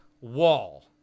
wall